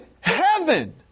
heaven